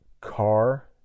car